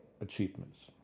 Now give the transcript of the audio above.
achievements